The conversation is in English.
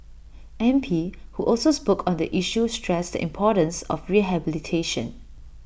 M P who also spoke on the issue stressed the importance of rehabilitation